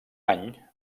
any